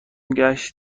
ﮔﺸﺘﯿﻢ